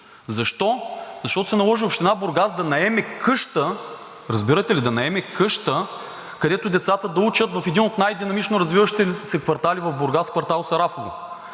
Защо? Защото се наложи Община Бургас да наеме къща – разбирате ли, да наеме къща, където децата да учат в един от най-динамично развиващите се квартали в Бургас – квартал „Сарафово“.